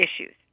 issues